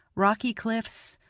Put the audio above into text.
rocky cliffs,